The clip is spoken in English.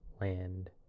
land